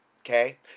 Okay